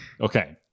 Okay